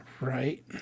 Right